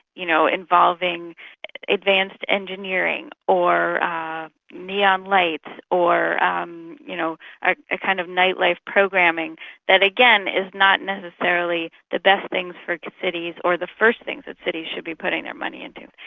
you know, involving advanced engineering or neon lights or um you know ah a kind of nightlife programming that, again, is not necessarily the best things for cities or the first things that cities should be putting their money into.